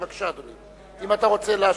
בבקשה, אדוני, אם אתה רוצה להשיב.